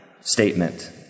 statement